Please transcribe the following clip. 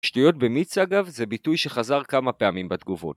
שטויות במיץ, אגב, זה ביטוי שחזר כמה פעמים בתגובות.